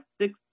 six